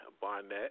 Barnett